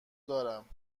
دارم